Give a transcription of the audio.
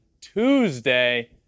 Tuesday